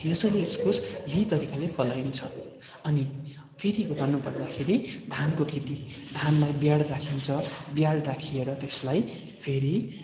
यसैले इस्कुस यहीँ तरिकाले फलाइन्छ अनि फेरि भन्नु पर्दाखेरि धानको खेती धानलाई बियाड राखिन्छ बियाड राखिएर त्यसलाई फेरि